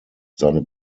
seine